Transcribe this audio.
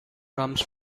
comes